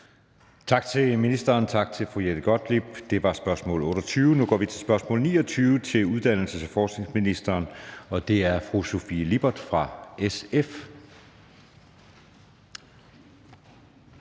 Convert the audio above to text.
Tak til ministeren, og tak til fru Jette Gottlieb. Det var afslutningen på spørgsmål nr. 28. Nu går vi til spørgsmål nr. 29 til uddannelses- og forskningsministeren, og det er fra fru Sofie Lippert, SF.